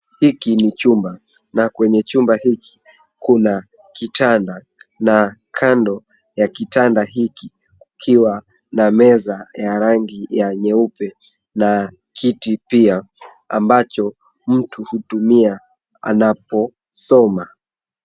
Hiki ni chumba na kwenye chumba hiki kuna kitanda na kando ya kitanda hiki kukiwa na meza ya rangi ya nyeupe na kiti pia ambacho mtu hutumia anaposoma.